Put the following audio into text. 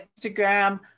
Instagram